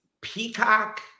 Peacock